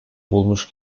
bulmuş